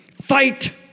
Fight